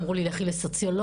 אמרו לי לכי לסוציולוגיה,